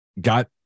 got